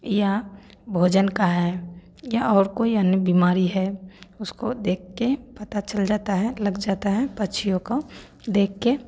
या भोजन का है या और कोई अन्य बीमारी है उसको देख के पता चल जाता है लग जाता है पक्षियों का देख के